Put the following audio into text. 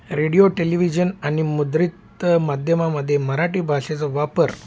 radio television आणि मुद्रित माध्यमामध्ये मराठी भाषेचा वापर